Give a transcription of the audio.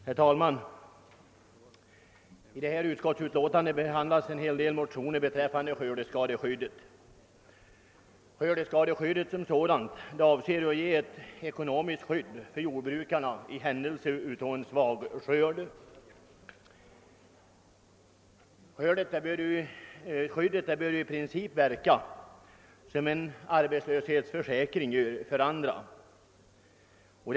Herr talman! I föreliggande utskottsutlåtande behandlas en hel del motioner beträffande skördeskadeskyddet. Skördeskadeskyddet som sådant avser att ge ekonomiskt skydd för jordbrukarna i händelse av en svag skörd. Skyddet bör i princip verka så som en arbetslöshetsförsäkring gör för andra kategorier.